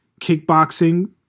kickboxing